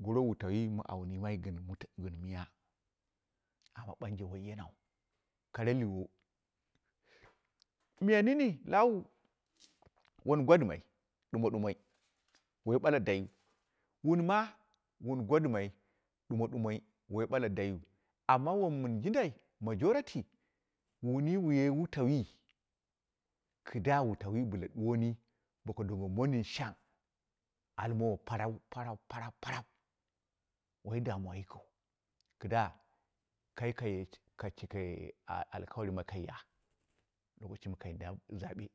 goro wutau mi an yimai gɨn miya amma ɓanje woi yenau kara liwo, miya nini lawu wun gwa dɨmai ɗumuɗumoi, woi ɓala daiyu wun ma wun gwadimai ɗumoɗumoi woi ɓala daiyu amma wom mɨn jindai majority wuni wu ye wutauwi kɨdda wutauwi bɨla ɗu woni boko doko mondin shang almowo parau, parau, parau woi damuwa yikiu kidda ka ka cike alkawari mɨ kai ya lokoshi mɨ kai lau zabei